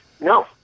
No